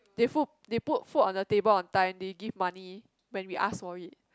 they food they put food on the table on time they give money when we ask for it